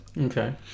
Okay